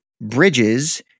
bridges